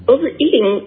Overeating